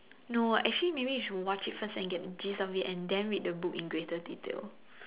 no actually maybe you should watch it first and get the gist of it and then read the book in greater detail